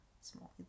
Small